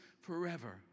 forever